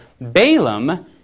Balaam